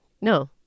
No